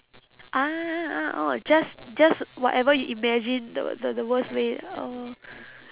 ah ah orh just just whatever you imagine the the the worst way oh